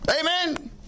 Amen